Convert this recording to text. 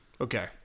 Okay